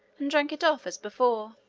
and drank it off as before.